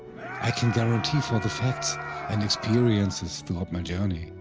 i can guarantee for the facts and experiences throughout my journey.